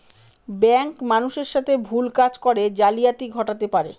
bank মানুষের সাথে ভুল কাজ করে জালিয়াতি ঘটাতে পারে